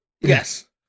yes